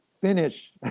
finish